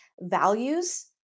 values